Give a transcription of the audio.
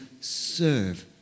serve